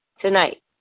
tonight